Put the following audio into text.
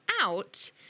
out